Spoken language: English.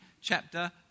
chapter